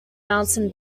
mountain